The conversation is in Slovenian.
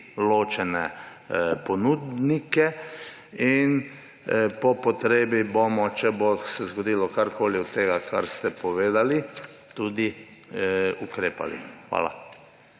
ločene ponudnike in po potrebi bomo, če se bo zgodilo karkoli od tega, kar ste povedali, tudi ukrepali. Hvala.